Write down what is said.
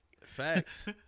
Facts